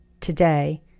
today